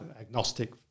agnostic